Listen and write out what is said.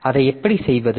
எனவே அதை எப்படி செய்வது